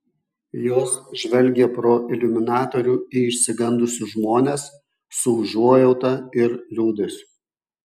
jos žvelgė pro iliuminatorių į išsigandusius žmones su užuojauta ir liūdesiu